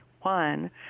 One